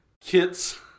Kit's